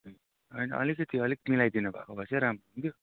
होइन अलिकति अलिक मिलाइदिनु भएको भए चाहिँ राम्रो हुन्थ्यो